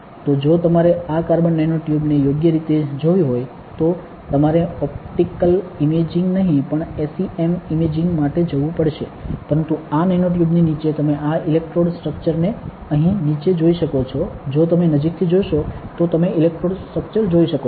તો જો તમારે આ કાર્બન નેનો ટ્યુબ્સ ને યોગ્ય રીતે જોવી હોય તો તમારે ઓપ્ટિકલ ઇમેજિંગ નહીં પણ SEM ઇમેજિંગ માટે જવું પડશે પરંતુ આ નેનોટ્યુબની નીચે તમે આ ઇલેક્ટ્રોડ સ્ટ્રક્ચર ને અહીં નીચે જોઈ શકો છો જો તમે નજીકથી જોશો તો તમે ઇલેક્ટ્રોડ સ્ટ્રક્ચર જોઈ શકો છો